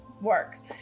works